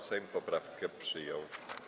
Sejm poprawkę przyjął.